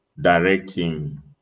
directing